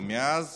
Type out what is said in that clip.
מאז